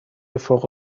فوق